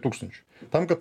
tūkstančių tam kad